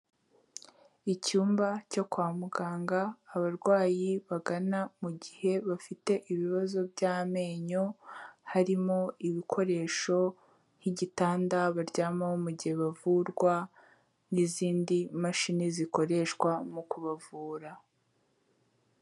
Icyumba cyo kwa muganga abarwayi bagana mu gihe bafite ibibazo by'amenyo, harimo ibikoresho nk'igitanda baryamaho mu gihe bavurwa, n'izindi mashini zikoreshwa mu kubavura.